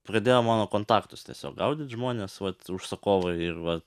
pradėjo mano kontaktus tiesiog gaudyt žmonės vat užsakovai ir va